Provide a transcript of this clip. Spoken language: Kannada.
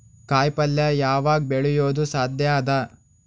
ಕಾಯಿಪಲ್ಯ ಯಾವಗ್ ಬೆಳಿಯೋದು ಸಾಧ್ಯ ಅದ?